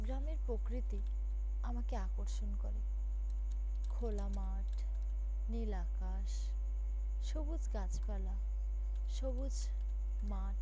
গ্রামের প্রকৃতি আমাকে আকর্ষণ করে খোলা মাঠ নীল আকাশ সবুজ গাছপালা সবুজ মাঠ